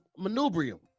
manubrium